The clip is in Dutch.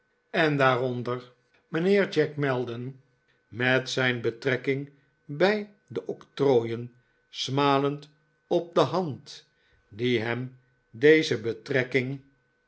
en daaronder mijnheer jack maldon met zijn betrekking bij de octrooien smalend op de hand die hem deze betrekking